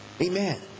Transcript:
Amen